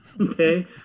okay